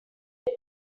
you